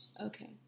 Okay